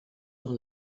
dans